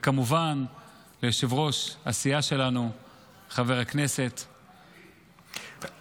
וכמובן ליושב-ראש הסיעה שלנו חבר הכנסת --- אדוני,